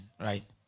right